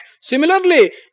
Similarly